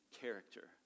character